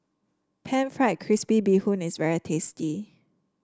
pan fried crispy Bee Hoon is very tasty